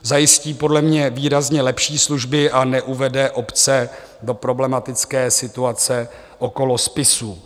Zajistí podle mě výrazně lepší služby a neuvede obce do problematické situace okolo spisů.